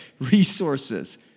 resources